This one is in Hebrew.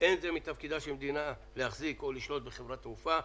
אין זה מתפקידה של מדינה להחזיק או לשלוט בחברת תעופה.